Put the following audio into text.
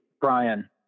brian